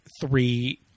three